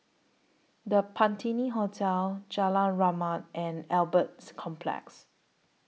The Patina Hotel Jalan Rahmat and Albert Complex